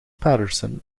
patterson